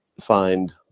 find